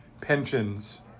pensions